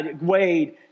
Wade